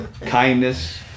kindness